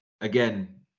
Again